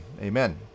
amen